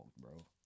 bro